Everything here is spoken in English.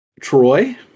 Troy